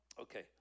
Okay